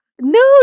No